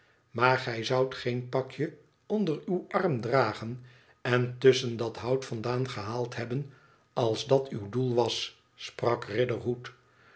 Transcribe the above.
maar gij zoudt geen pakje onder uw arm dragen en tusschen dat hottt vandaan gehaald hebben als dat uw doel was r sprak